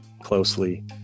closely